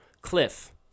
Cliff